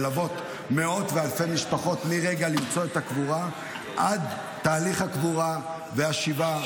ללוות מאות ואלפי משפחות מרגע מציאת הקבורה עד תהליך הקבורה והשבעה,